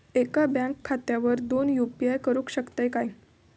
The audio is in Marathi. एका बँक खात्यावर दोन यू.पी.आय करुक शकतय काय?